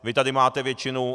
Vy tady máte většinu.